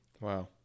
Wow